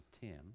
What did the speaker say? Tim